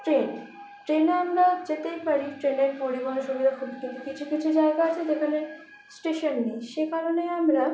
train ট্রেনে আমরা যেতেই পারি ট্রেনের পরিবহণের সুবিধা খুব কিন্তু কিছু কিছু জায়গা আছে যেখানে স্টেশন নেই সেই কারণে আমরা